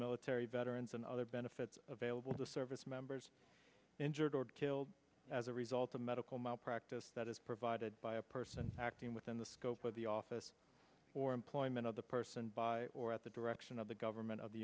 military veterans and other benefits available to the service members injured or killed as a result of medical malpractise that is provided by a person acting within the scope of the office or employment of the person by or at the direction of the government of the